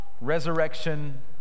Resurrection